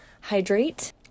hydrate